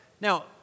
Now